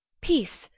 peace,